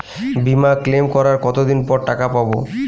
বিমা ক্লেম করার কতদিন পর টাকা পাব?